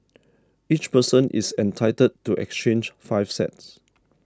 each person is entitled to exchange five sets